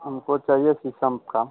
हमको चाहिए शीशम का